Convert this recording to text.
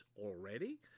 already